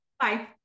Bye